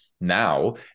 now